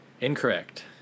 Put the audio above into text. Incorrect